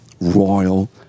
royal